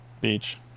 beach